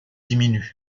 diminuent